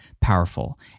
powerful